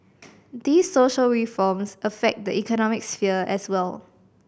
these social reforms affect the economic sphere as well